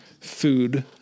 food